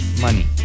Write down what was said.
money